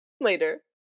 later